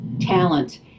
talent